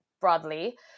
broadly